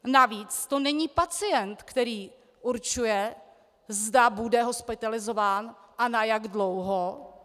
Navíc to není pacient, který určuje, zda bude hospitalizován a na jak dlouho.